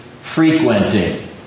frequenting